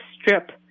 strip